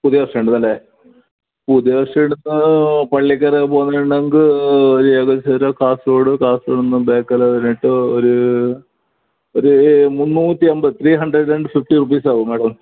പുതിയ ബസ്സ്റ്റാണ്ടിനടുത്തല്ലേ പുതിയ ബസ്റ്റോനടുത്ത് പള്ളിക്കാരെൽ പോണെണെങ്കിൽ ഒരു കാസർഗോഡ് കാസർഗോഡിന്ന് ബേക്കല് വന്നിട്ട് ഒരു ഒര് മുന്നൂറ്റി എൺപത് three hundred and fifty rupees ആവും മേഡം